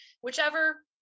whichever